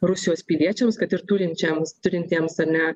rusijos piliečiams kad ir turinčiam turintiems ar ne